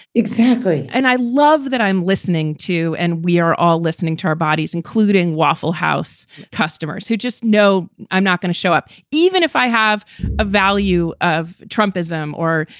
exactly. and i love that. i'm listening to and we are all listening to our bodies, including waffle house customers who just know i'm not going to show up, even if i have a value of trump ism or,